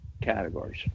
categories